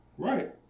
Right